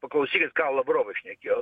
paklausykit ką lavrovui šnekėjo